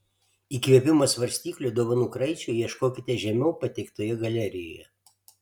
įkvėpimo svarstyklių dovanų kraičiui ieškokite žemiau pateiktoje galerijoje